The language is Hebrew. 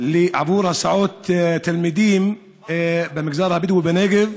עבור הסעות תלמידים במגזר הבדואי בנגב